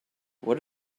what